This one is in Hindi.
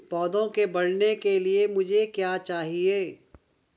पौधे के बढ़ने के लिए मुझे क्या चाहिए?